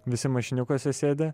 visi mašiniukuose sėdi